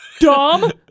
Dumb